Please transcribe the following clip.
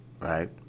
Right